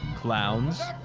clowns?